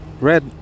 red